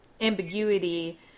ambiguity